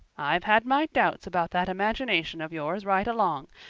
i've had my doubts about that imagination of yours right along,